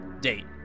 Date